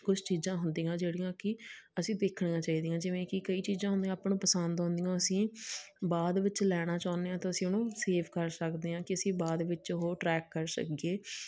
ਕੁਛ ਚੀਜ਼ਾਂ ਹੁੰਦੀਆਂ ਜਿਹੜੀਆਂ ਕਿ ਅਸੀਂ ਦੇਖਣੀਆਂ ਚਾਹੀਦੀਆਂ ਜਿਵੇਂ ਕਿ ਕਈ ਚੀਜ਼ਾਂ ਹੁੰਦੀਆਂ ਆਪਾਂ ਨੂੰ ਪਸੰਦ ਆਉਂਦੀਆਂ ਅਸੀਂ ਬਾਅਦ ਵਿੱਚ ਲੈਣਾ ਚਾਹੁੰਦੇ ਹਾਂ ਤਾਂ ਅਸੀਂ ਉਹਨੂੰ ਸੇਵ ਕਰ ਸਕਦੇ ਹਾਂ ਕਿ ਅਸੀਂ ਬਾਅਦ ਵਿੱਚ ਉਹ ਟਰੈਕ ਕਰ ਸਕੀਏ